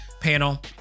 panel